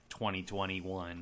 2021